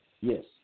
Yes